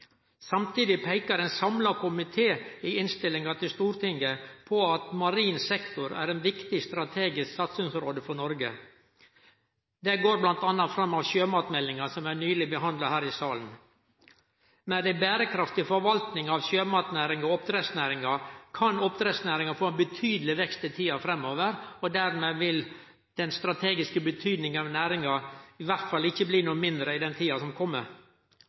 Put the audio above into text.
Samtidig peiker ein samla komité i innstillinga til Stortinget på at marin sektor er eit viktig strategisk satsingsområde for Noreg. Det går bl.a. fram av sjømatmeldinga, som nyleg er behandla her i salen. Med ei berekraftig forvaltning av sjømatnæringa og oppdrettsnæringa kan oppdrettsnæringa få ein betydeleg vekst i tida framover, og dermed vil den strategiske betydninga av næringa iallfall ikkje bli noko mindre i tida som